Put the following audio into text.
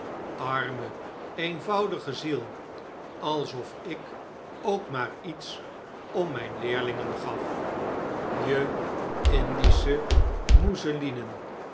arme eenvoudige ziel alsof ik ook maar iets om mijn leerlingen gaf je indische mousselinen